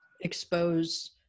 expose